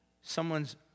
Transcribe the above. someone's